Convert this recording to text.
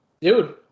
Dude